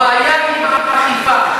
הבעיה היא עם האכיפה.